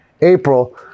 april